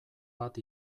bat